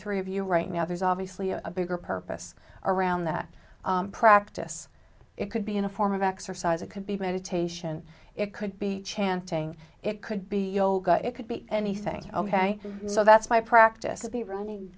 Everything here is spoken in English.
three of you right now there's obviously a bigger purpose around that practice it could be in a form of exercise it could be meditation it could be chanting it could be yoga it could be anything ok so that's my practice